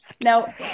Now